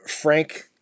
Frank